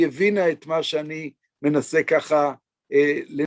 היא הבינה את מה שאני מנסה ככה ל...